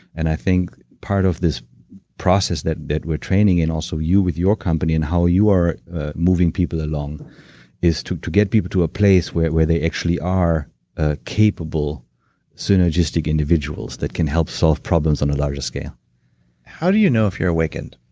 and i think part of this process that that we're training in and also you with your company and how you are moving people along is to to get people to a place where where they actually are ah capable synergistic individuals that can help solve problems on a larger scale how do you know if you're awakened?